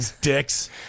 dicks